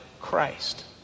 Christ